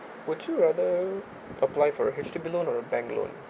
would you rather apply for a H_D_B loan or a bank loan